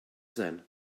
sein